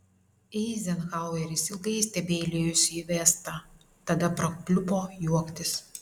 eizenhaueris ilgai stebeilijosi į vestą tada prapliupo juoktis